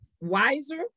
wiser